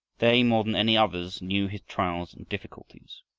they, more than any others, knew his trials and difficulties.